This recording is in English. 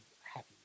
happy